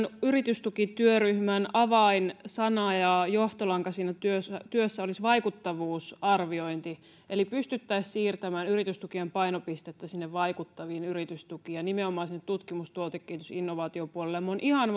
yritystukityöryhmän avainsana ja johtolanka siinä työssä työssä olisi vaikuttavuusarviointi eli pystyttäisiin siirtämään yritystukien painopistettä vaikuttaviin yritystukiin ja nimenomaan sinne tutkimus tuotekehitys innovaatiopuolelle minä olen ihan